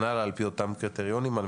זה ראייה, 10 שנים קדימה שעל כל